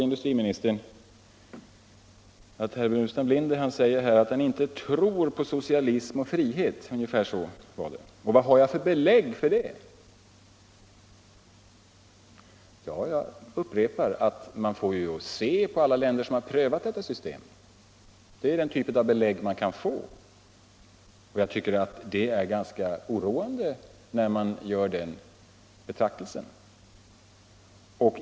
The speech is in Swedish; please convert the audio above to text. Industriministern säger att herr Burenstam Linder påstår sig inte tro på socialism och frihet. Vad har jag — frågade industriministern — för belägg för att socialism inte är det bästa? Jag upprepar att man får se på alla länder som prövat detta system. Det är den typ av belägg man kan få. Jag tycker att det är ganska oroande när man gör den betraktelsen.